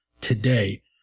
today